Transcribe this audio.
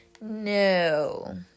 No